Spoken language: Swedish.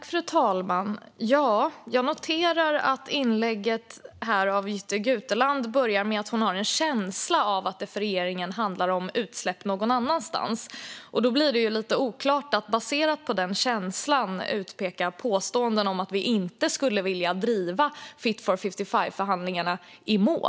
Fru talman! Jag noterar att Jytte Gutelands inlägg börjar med att hon har en "känsla" av att det för regeringen handlar om utsläpp någon annanstans. Det blir ju lite oklart att baserat på den känslan komma med påståenden om att vi inte skulle vilja driva Fit for 55-förhandlingarna i mål.